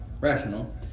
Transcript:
rational